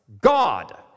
God